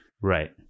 Right